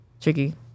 tricky